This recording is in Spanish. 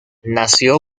nació